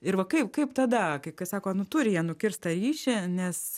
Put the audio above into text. ir va kai kaip tada kai kas sako nu turi jie nukirst tą ryšį nes